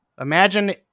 Imagine